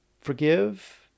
forgive